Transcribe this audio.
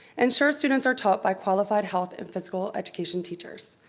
ensure students are taught by qualified health and physical education teachers.